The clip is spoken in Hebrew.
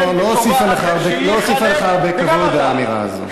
לא הוסיפה לך הרבה כבוד, האמירה הזאת.